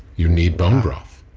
you need bone broth.